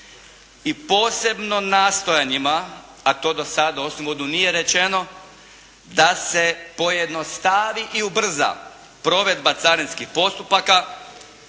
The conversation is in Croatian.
i posebno nastojanjima, a to dosad u …/Govornik se ne razumije./… nije rečeno da se pojednostavi i ubrza provedba carinskih postupaka